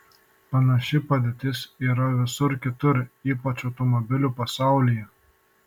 panaši padėtis yra visur kitur ypač automobilių pasaulyje